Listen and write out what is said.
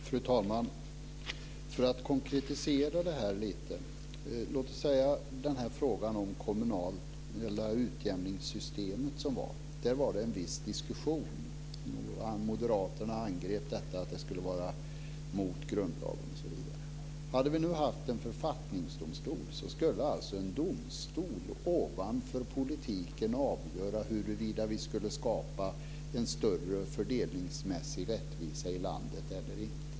Fru talman! Jag vill konkretisera det här lite. Låt oss ta frågan om kommunalt utjämningssystem. Det fördes en viss diskussion. Moderaterna angrep förslaget och sade att det gick emot grundlagen, osv. Hade vi haft en författningsdomstol skulle alltså en domstol ovanför politiken ha avgjort huruvida vi skulle skapa en större fördelningsmässig rättvisa i landet eller inte.